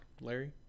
Larry